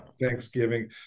Thanksgiving